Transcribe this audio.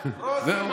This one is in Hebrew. בראשי,